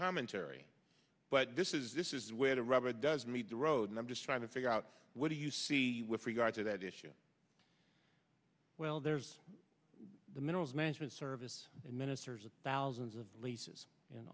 commentary but this is this is where the rubber does meet the road and i'm just trying to figure out what do you see with regard to that issue well there's the minerals management service and ministers of thousands of leases